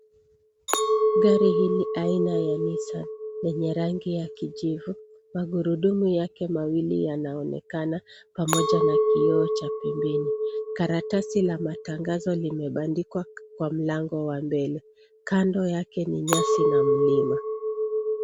Gari hili aina ya Nissan lenye rangi ya kijivu, magurudumu yake mawili yanaonekana pamoja na kioo cha pembeni . Karatasi la matangazo limebandikwa kwa mlango wa mbele . Kando yake ni nyasi na mlima.